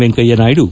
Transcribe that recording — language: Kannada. ವೆಂಕಯ್ಯನಾಯ್ದು